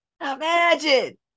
imagine